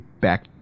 back